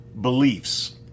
beliefs